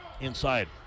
Inside